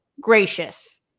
gracious